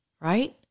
right